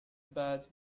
birds